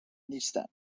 نیستن